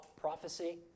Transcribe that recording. prophecy